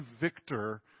victor